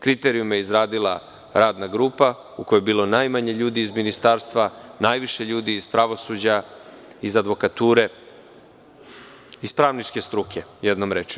Kriterijume je izradila radna grupa u kojoj je bilo najmanje ljudi iz ministarstva, najviše iz pravosuđa, advokature, iz pravničke struke, jednom rečju.